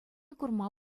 курма